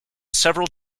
several